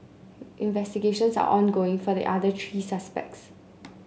investigations are ongoing for the other three suspects